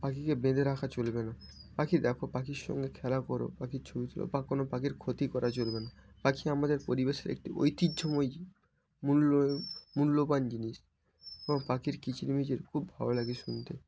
পাখিকে বেঁধে রাখা চলবে না পাখি দেখো পাখির সঙ্গে খেলা করো পাখির ছবি তোলো বা কোনো পাখির ক্ষতি করা চলবে না পাখি আমাদের পরিবেশের একটি ঐতিহ্যময় জীব মূল্য মূল্যবান জিনিস আমার পাখির কিচিরমিচির খুব ভালো লাগে শুনতে